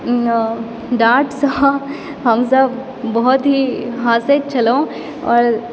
डाँटसँ हमसभ बहुत ही हँसैत छलहुँ आओर